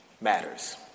matters